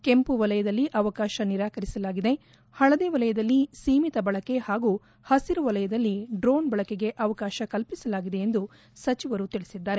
ಕೆಂಪು ವಲಯದಲ್ಲಿ ಅವಕಾಶ ನಿರಾಕರಿಸಲಾಗಿದೆ ಹಳದಿ ವಲಯದಲ್ಲಿ ಸೀಮಿತ ಬಳಕೆ ಹಾಗೂ ಹಸಿರು ವಲಯದಲ್ಲಿ ಡ್ರೋನ್ ಬಳಕೆಗೆ ಅವಕಾಶ ಕಲ್ಪಿ ಸಲಾಗಿದೆ ಎಂದು ಸಚಿವರು ತಿಳಿಸಿದ್ದಾರೆ